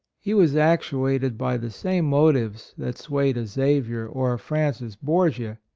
he was actuated by the same motives that swayed a xavier or a francis borgia.